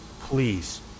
Please